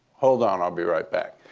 hold on. i'll be right back.